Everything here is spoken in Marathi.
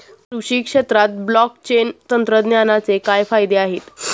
कृषी क्षेत्रात ब्लॉकचेन तंत्रज्ञानाचे काय फायदे आहेत?